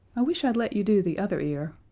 i wish i'd let you do the other ear.